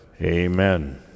Amen